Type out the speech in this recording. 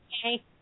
okay